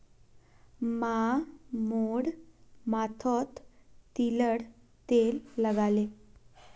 माँ मोर माथोत तिलर तेल लगाले